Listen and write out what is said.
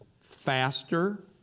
faster